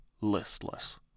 listless